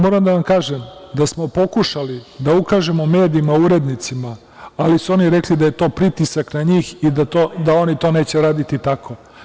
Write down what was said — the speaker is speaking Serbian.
Moram da vam kažem da smo pokušali da ukažemo medijima, urednicima, ali su oni rekli da je to pritisak na njih i da oni to neće raditi tako.